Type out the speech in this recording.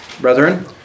brethren